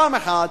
פעם אחת,